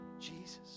Jesus